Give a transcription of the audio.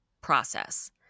process